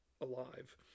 alive